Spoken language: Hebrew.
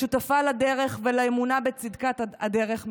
והיא שותפה לדרך ולאמונה בצדקת הדרך.